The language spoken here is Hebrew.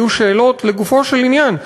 היו שאלות לגופו של עניין,